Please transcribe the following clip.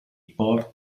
port